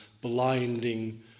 blinding